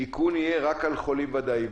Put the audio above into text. איכון יהיה רק על חולים ודאיים.